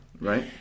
Right